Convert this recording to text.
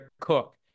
Cook